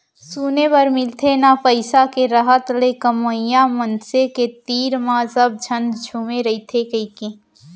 सुने बर मिलथे ना पइसा के रहत ले कमवइया मनसे के तीर म सब झन झुमे रइथें कइके